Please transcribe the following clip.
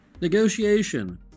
Negotiation